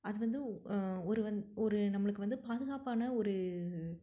அது வந்து ஒரு வந் ஒரு நம்மளுக்கு வந்து பாதுகாப்பான ஒரு